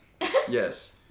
yes